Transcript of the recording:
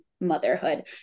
motherhood